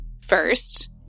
first